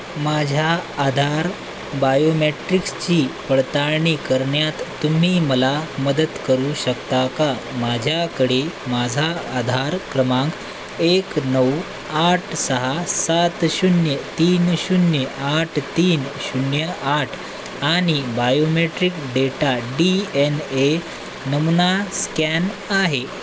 माझ्या आधार बायोमेट्रिक्सची पडताळणी करण्यात तुम्ही मला मदत करू शकता का माझ्याकडे माझा आधार क्रमांक एक नऊ आठ सहा सात शून्य तीन शून्य आठ तीन शून्य आठ आणि biometric data D N A नमुना स्कॅन आहे